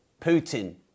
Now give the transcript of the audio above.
putin